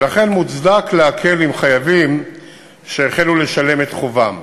ולכן מוצדק להקל עם חייבים שהחלו לשלם את חובם.